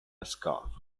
scarf